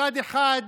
מצד אחד,